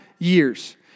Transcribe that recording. years